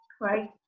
right